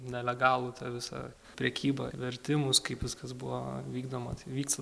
nelegalų tą visą prekybą vertimus kaip viskas buvo vykdoma vyksta